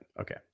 Okay